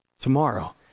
tomorrow